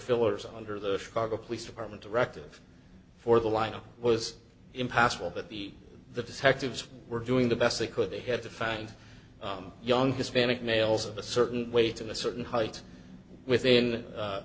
fillers under the chicago police department directive for the lineup was impossible but the the detectives were doing the best they could they had to find young hispanic males of a certain way to a certain height within